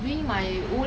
oh you don't have ah